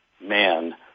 man